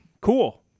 Cool